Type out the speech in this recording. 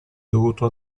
dovuto